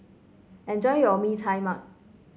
enjoy your Mee Tai Mak